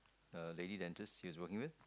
the lady dentist he's working with